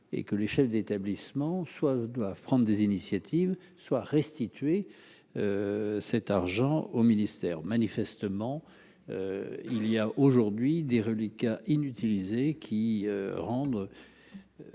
et que les chefs d'établissement soit doit prendre des initiatives soient restituées cet argent au ministère, manifestement il y a aujourd'hui des reliquats inutilisés qui rentre.